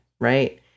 right